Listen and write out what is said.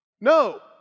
No